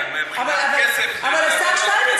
אבל השר שטייניץ,